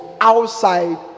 outside